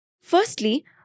Firstly